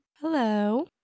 Hello